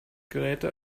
geräte